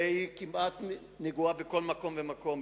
והיא נוגעת כמעט בכל מקום ומקום,